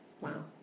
Wow